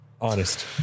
Honest